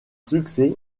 succès